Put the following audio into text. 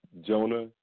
Jonah